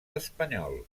espanyol